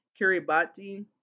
Kiribati